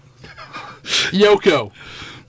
Yoko